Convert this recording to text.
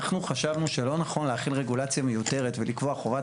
אנחנו חשבנו שלא נכון להחיל רגולציה מיותרת ולקבוע חובת